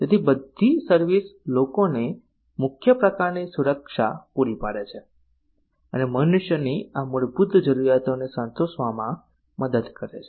તેથી બધી સર્વિસ લોકોને અમુક પ્રકારની સુરક્ષા પૂરી પાડે છે અને મનુષ્યની આ મૂળભૂત જરૂરિયાતને સંતોષવામાં મદદ કરે છે